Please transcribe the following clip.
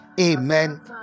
amen